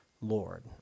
Lord